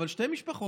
אבל שתי משפחות: